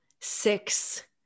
six